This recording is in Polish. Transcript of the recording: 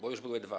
Bo już były dwa.